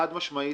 חד משמעית,